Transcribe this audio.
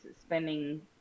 spending